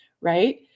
right